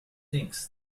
thinks